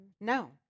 No